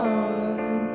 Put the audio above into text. on